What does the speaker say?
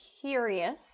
curious